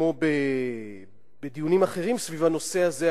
כמו בדיונים אחרים סביב הנושא הזה,